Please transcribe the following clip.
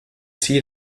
see